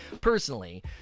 personally